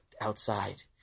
outside